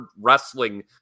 wrestling